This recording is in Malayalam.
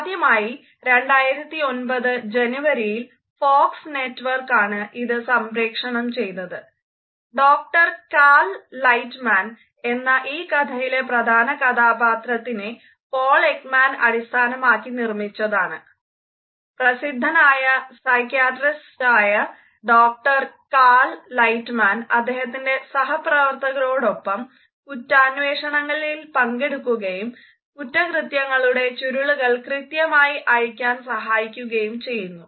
ആദ്യമായി 2009 ജനുവരിയിൽ ഫോക്സ് നെറ്റ്വർക്ക് അദ്ദേഹത്തിൻറെ സഹപ്രവർത്തകരോടൊപ്പം കുറ്റാന്വേഷണങ്ങളിൽ പങ്കെടുക്കുകയും കുറ്റകൃത്യങ്ങളുടെ ചുരുളുകൾ കൃത്യമായി അഴിക്കാൻ സഹായിക്കുകയും ചെയ്യുന്നു